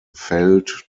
failed